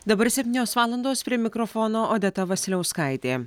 dabar septynios valandos prie mikrofono odeta vasiliauskaitė